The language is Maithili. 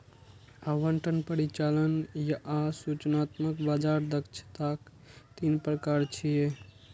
आवंटन, परिचालन आ सूचनात्मक बाजार दक्षताक तीन प्रकार छियै